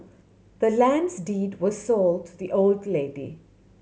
the land's deed was sold to the old lady